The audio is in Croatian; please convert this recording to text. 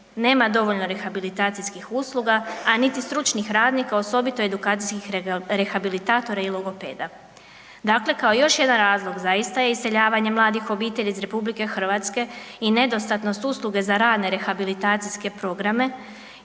Nema dovoljno rehabilitacijskih usluga a niti stručnih radnji kao osobito edukacijskih rehabilitatora i logopeda. Dakle kao još jedan razlog za ista iseljavanja mladih obitelji RH je nedostatnost usluge za rane rehabilitacijske programe